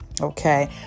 Okay